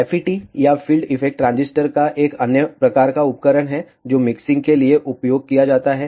FET या field effect transistor एक अन्य प्रकार का उपकरण है जो मिक्सिंग के लिए उपयोग किया जाता है